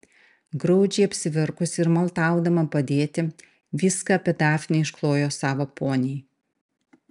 graudžiai apsiverkusi ir maldaudama padėti viską apie dafnę išklojo savo poniai